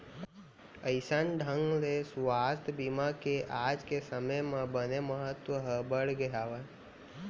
अइसन ढंग ले सुवास्थ बीमा के आज के समे म बने महत्ता ह बढ़गे हावय